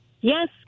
Yes